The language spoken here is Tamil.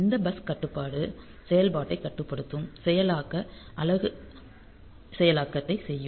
இந்த பஸ் கட்டுப்பாடு செயல்பாட்டைக் கட்டுப்படுத்தும் செயலாக்க அலகு செயலாக்கத்தை செய்யும்